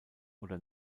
oder